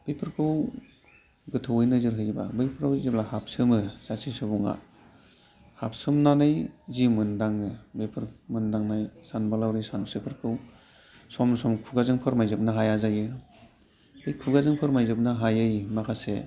बेफोरखौ गोथौवै नोजोर होब्ला बैफोराव जेब्ला हाबसोमो जेब्ला सासे सुबुंआ हाबसोमनानै जि मोनदाङो बेफोर मोनदांनाय सानबोलाउरि सानस्रिफोरखौ सम सम खुगाजों फोरमायजोबनो हाया जायो बे खुगाजों फोरमायजोबनो हायै माखासे